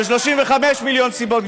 ו-35 מיליון סיבות,